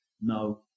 No